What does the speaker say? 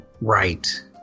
right